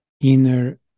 inner